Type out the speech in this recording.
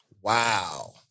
Wow